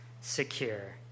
secure